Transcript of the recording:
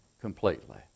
completely